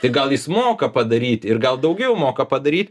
tai gal jis moka padaryti ir gal daugiau moka padaryt